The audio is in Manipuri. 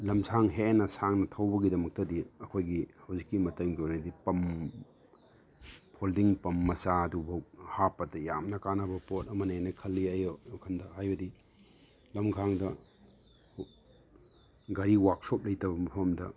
ꯂꯝꯁꯥꯡ ꯍꯦꯟꯅ ꯁꯥꯡꯅ ꯊꯧꯕꯒꯤꯗꯃꯛꯇꯗꯤ ꯑꯩꯈꯣꯏꯒꯤ ꯍꯧꯖꯤꯛꯀꯤ ꯃꯇꯝꯒꯤ ꯑꯣꯏꯅꯗꯤ ꯄꯝ ꯐꯣꯜꯗꯤꯡ ꯄꯝ ꯃꯆꯥꯗꯨꯐꯥꯎ ꯍꯥꯞꯄꯗ ꯌꯥꯝꯅ ꯀꯥꯟꯅꯕ ꯄꯣꯠ ꯑꯃꯅꯦꯅ ꯈꯜꯂꯤ ꯑꯩ ꯋꯥꯈꯟꯗ ꯍꯥꯏꯕꯗꯤ ꯂꯃꯈꯥꯡꯗ ꯒꯥꯔꯤ ꯋꯥꯛꯁꯣꯞ ꯂꯩꯇꯕ ꯃꯐꯝꯗ